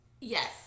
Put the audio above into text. Yes